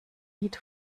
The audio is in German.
lied